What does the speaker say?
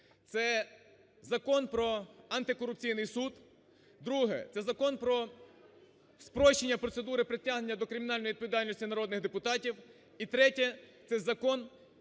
це Закон про Антикорупційний суд; друге – це Закон про спрощення процедури притягнення до кримінальної відповідальності народних депутатів і третє – це закон,